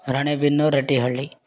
Ranebennur Attihalli